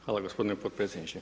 Hvala gospodine potpredsjedniče.